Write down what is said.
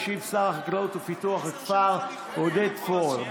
ישיב בשם שר החקלאות ופיתוח הכפר שר התיירות יואל רזבוזוב.